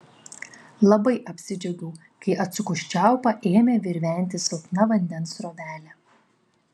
labai apsidžiaugiau kai atsukus čiaupą ėmė virventi silpna vandens srovelė